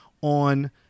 on